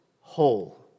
whole